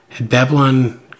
Babylon